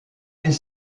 est